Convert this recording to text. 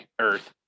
earth